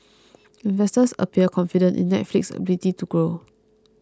investors appear confident in Netflix's ability to grow